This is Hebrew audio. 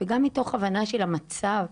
גם מתוך הבנה של המצב,